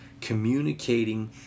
communicating